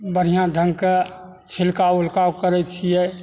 बढ़िआँ ढङ्गके छिलका उलका ओ करै छियै